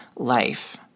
Life